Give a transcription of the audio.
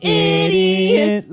idiot